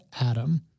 Adam